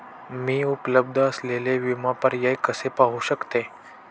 मी उपलब्ध असलेले विमा पर्याय कसे पाहू शकते?